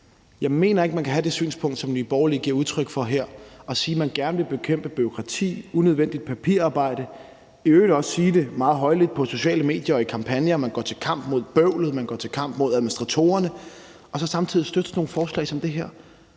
Jeg mener ikke, at man kan have det synspunkt, som Nye Borgerlige giver udtryk for her, og sige, at man gerne vil bekæmpe bureaukrati og unødvendigt papirarbejde, og i øvrigt også sige det meget højlydt på sociale medier og i kampagner, altså at man går til kamp mod bøvlet, og at man går til kamp mod administratorerne, og samtidig støtte et forslag som det her,